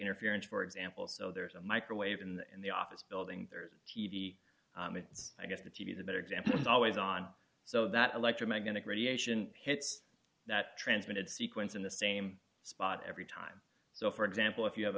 interference for example so there's a microwave in the in the office building rd t v means i guess the t v the better example is always on so that electromagnetic radiation hits that transmitted sequence in the same spot every time so for example if you have